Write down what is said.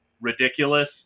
ridiculous